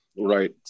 Right